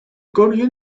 koningin